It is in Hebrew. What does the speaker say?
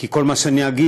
כי כל מה שאני אגיד,